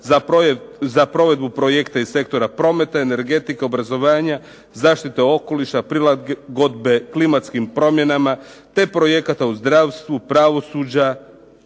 za provedbu projekta iz sektora prometa, energetike, obrazovanja, zaštite okoliša, prilagodbe klimatskim promjenama, te projekata u zdravstvu, pravosuđa,